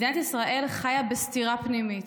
מדינת ישראל חיה בסתירה פנימית.